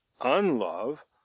unlove